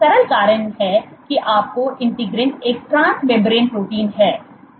सरल कारण है कि आपके integrin एक ट्रांस मेंब्रेन प्रोटीन है